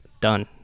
done